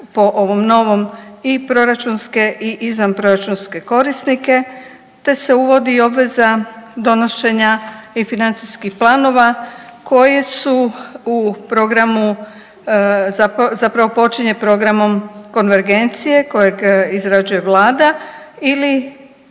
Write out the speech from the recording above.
po ovom novom i proračunske i izvanproračunske korisnike, te se uvodi i obaveza donošenja i financijskih planova koje su u programu, zapravo počinje programom konvergencije kojeg izrađuje vlada ili